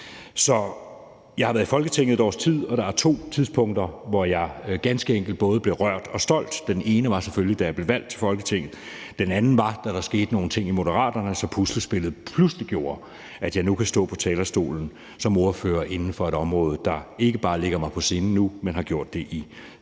Jeg har været i Folketinget i et års tid, og der er to tidspunkter, hvor jeg ganske enkelt både er blevet rørt og stolt. Det ene var selvfølgelig, da jeg blev valgt til Folketinget. Det andet var, da der skete nogle ting i Moderaterne, så puslespillet pludselig gjorde, at jeg nu kan stå på talerstolen som ordfører inden for et område, der ikke bare ligger mig på sinde nu, men har gjort det i